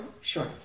Sure